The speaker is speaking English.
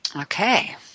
Okay